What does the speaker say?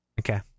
Okay